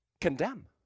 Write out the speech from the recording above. condemn